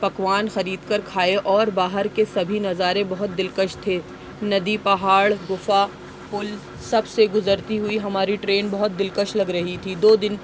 پکوان خرید کر کھائے اور باہر کے سبھی نظارے بہت دلکش تھے ندی پہاڑ گپھا پل سب سے گزرتی ہوئی ہماری ٹرین بہت دلکش لگ رہی تھی دو دن